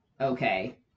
okay